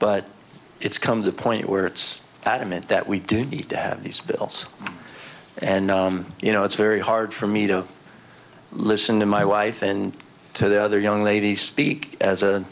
but it's come to a point where it's adamant that we do need to have these bills and you know it's very hard for me to listen to my wife and to the other young lady speak as